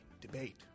debate